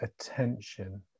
attention